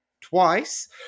twice